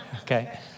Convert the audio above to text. Okay